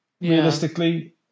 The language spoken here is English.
realistically